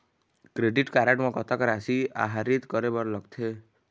Credit card म कतक राशि आहरित करे बर लगथे?